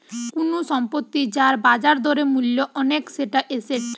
কুনু সম্পত্তি যার বাজার দরে মূল্য অনেক সেটা এসেট